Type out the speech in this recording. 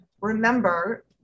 remember